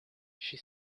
she